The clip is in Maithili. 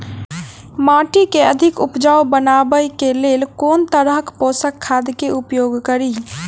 माटि केँ अधिक उपजाउ बनाबय केँ लेल केँ तरहक पोसक खाद केँ उपयोग करि?